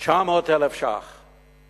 900,000 שקלים